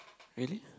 really